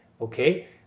okay